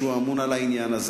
שהוא אמון על העניין,